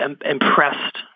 impressed